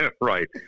Right